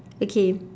okay